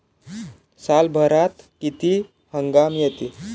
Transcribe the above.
सालभरात किती हंगाम येते?